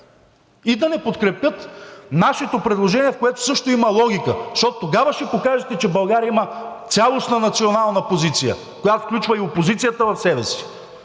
и да не подкрепят нашето предложение, в което също има логика, защото тогава ще покажете, че България има цялостна национална позиция, която включва и опозицията в себе си.